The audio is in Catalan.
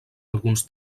alguns